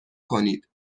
کنید